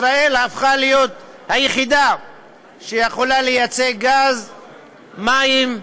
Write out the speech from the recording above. ישראל הפכה להיות היחידה שיכולה לייצא גז, מים,